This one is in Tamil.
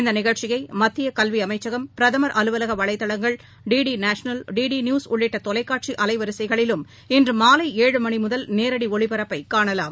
இந்தநிகழ்ச்சியைமத்தியகல்விஅமைச்சகம் பிரதமர் அலுவலகவலைதளங்கள் டிடி நேஷ்னல் டிடிநியூஸ் உள்ளிட்டதொலைக்காட்சிஅலைவரிசைகளிலும் இன்றுமாலை ஏழு மணிமுதல் நேரடிஒளிபரப்பைகாணலாம்